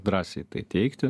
drąsiai tai teigti